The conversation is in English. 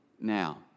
now